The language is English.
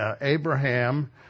Abraham